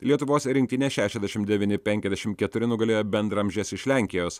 lietuvos rinktinė šešiasdešim devyni penkiasdešim keturi nugalėjo bendraamžes iš lenkijos